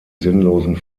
sinnlosen